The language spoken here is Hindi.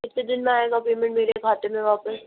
कितने दिन में आएगा पेमेंट मेरे खाते में वापस